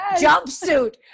Jumpsuit